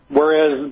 whereas